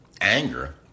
anger